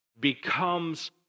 becomes